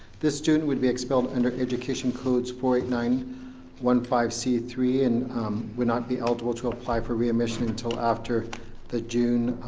this student would be expelled under education codes four eight nine one five c three and would not be eligible to apply for readmission until after the june